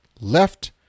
left